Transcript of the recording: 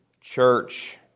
church